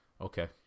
Okay